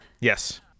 Yes